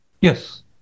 Yes